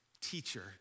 teacher